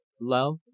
Love